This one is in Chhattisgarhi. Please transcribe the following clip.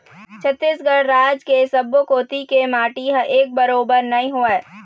छत्तीसगढ़ राज के सब्बो कोती के माटी ह एके बरोबर नइ होवय